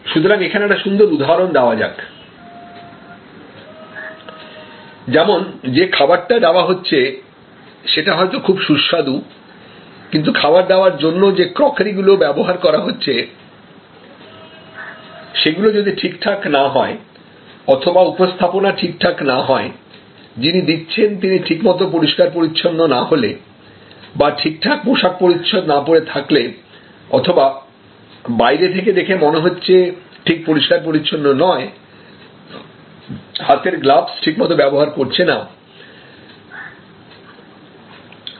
সুতরাং এখানে একটা সুন্দর উদাহরণ দেওয়া যাক যেমন যে খাবার টা দেওয়া হচ্ছে সেটা হয়তো খুব সুস্বাদু কিন্তু খাবার দেওয়ার জন্যে যে ক্রকারীগুলো ব্যবহার করা হচ্ছেসেগুলো যদি ঠিকঠাক না হয় অথবা উপস্থাপনা ঠিকঠাক না হয় যিনি দিচ্ছেন তিনি ঠিকমত পরিষ্কার পরিচ্ছন্ন না হলে বা ঠিকঠাক পোশাক পরিচ্ছদ না পরে থাকলে অথবা বাইরে থেকে দেখে মনে হচ্ছে ঠিক পরিষ্কার পরিচ্ছন্ন নয় হাতের গ্লাভস ব্যবহার ঠিকঠাক করছে না